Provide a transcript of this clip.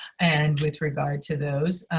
and with regard to those,